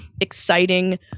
exciting